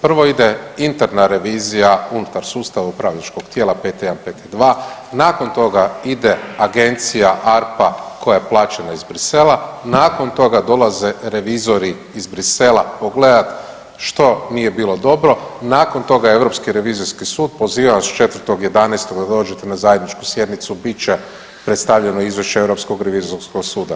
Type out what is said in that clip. Prvo ide interna revizija unutar sustav upravljačkog tijela PT1, PT2, nakon toga ide agencija ARPA koja je plaćena iz Bruxellesa, nakon toga dolaze revizori iz Bruxellesa pogledat što nije bilo dobro, nakon toga Europski revizorski sud poziva vas 4. 11. da dođete na zajedničku sjednicu, bit će predstavljeno izvješće Europskog revizorskog suda.